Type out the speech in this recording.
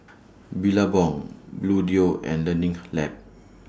Billabong Bluedio and Learning Lab